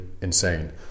insane